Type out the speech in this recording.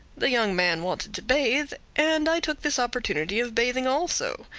the young man wanted to bathe, and i took this opportunity of bathing also.